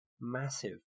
massive